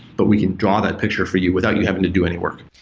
but we can draw that picture for you without you having to do any work.